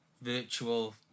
virtual